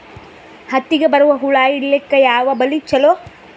ಹತ್ತಿಗ ಬರುವ ಹುಳ ಹಿಡೀಲಿಕ ಯಾವ ಬಲಿ ಚಲೋ?